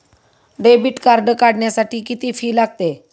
Debit card काढण्यासाठी किती fee लागते?